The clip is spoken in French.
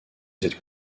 cette